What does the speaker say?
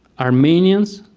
armenians,